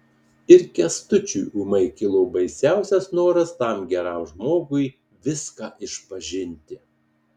ir kęstučiui ūmai kilo baisiausias noras tam geram žmogui viską išpažinti